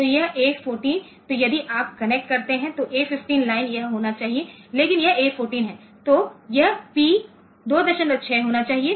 तो यह ए 14 तो यदि आप कनेक्ट करते हैं तो A 15 लाइन यह होना चाहिए यदि यह A 14 है तो यह P 26 होना चाहिए